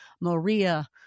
Maria